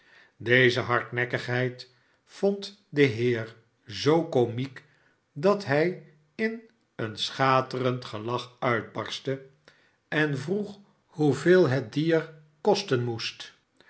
deze hardnekkigheid vond de vroew zttl k at b een schat end gelach uitbarstte en vroeg hoeveel het beest kosten moest